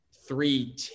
three